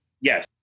yes